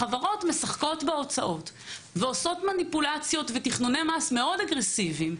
החברות משחקות בהוצאות ועושות מניפולציות ותכנוני מס מאוד אגרסיביים.